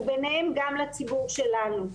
וביניהם גם לציבור שלנו.